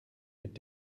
mit